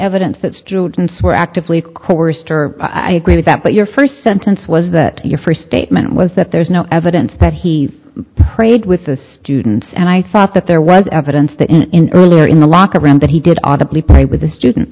evidence that students were actively course to or i agree with that but your first sentence was that your first statement was that there's no evidence that he prayed with the students and i thought that there was evidence that in earlier in the locker room that he did audibly play with the student